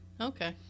Okay